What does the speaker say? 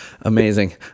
amazing